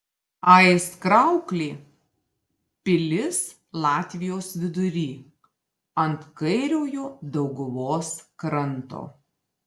aizkrauklė pilis latvijos vidury ant kairiojo dauguvos kranto